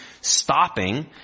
stopping